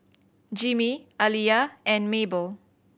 Jimmie Aliya and Mabel